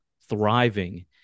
thriving